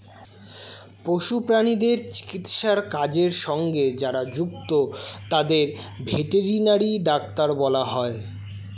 পশু প্রাণীদের চিকিৎসার কাজের সঙ্গে যারা যুক্ত তাদের ভেটেরিনারি ডাক্তার বলা হয়